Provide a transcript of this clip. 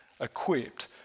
equipped